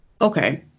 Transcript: okay